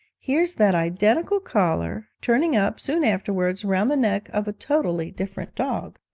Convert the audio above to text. here's that identical collar turning up soon afterwards round the neck of a totally different dog!